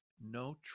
no